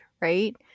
right